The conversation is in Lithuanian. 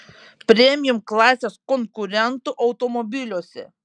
premium klasės konkurentų automobiliuose